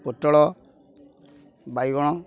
ପୋଟଳ ବାଇଗଣ